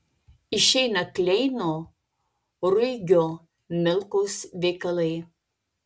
išeina kleino ruigio milkaus veikalai